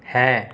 হ্যাঁ